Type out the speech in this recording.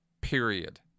period